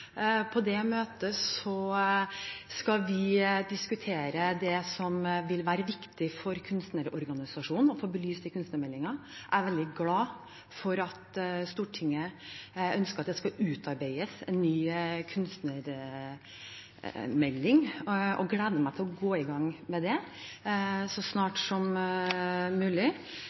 På det møtet skal vi diskutere det som vil være viktig for kunstnerorganisasjonen å få belyst i kunstnermeldingen. Jeg er veldig glad for at Stortinget ønsker at det skal utarbeides en ny kunstnermelding, og jeg gleder meg til å gå i gang med det så snart som mulig.